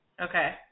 Okay